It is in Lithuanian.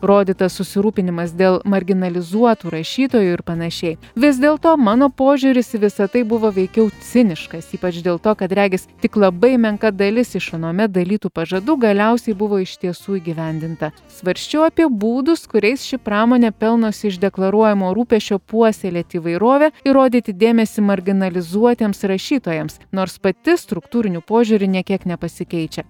rodytas susirūpinimas dėl marginalizuotų rašytojų ir panašiai vis dėlto mano požiūris į visa tai buvo veikiau ciniškas ypač dėl to kad regis tik labai menka dalis iš anuomet dalytų pažadų galiausiai buvo iš tiesų įgyvendinta svarsčiau apie būdus kuriais ši pramonė pelnosi iš deklaruojamo rūpesčio puoselėti įvairovę ir rodyti dėmesį marginalizuotiems rašytojams nors pati struktūriniu požiūriu nė kiek nepasikeičia